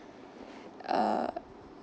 uh